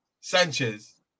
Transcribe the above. Sanchez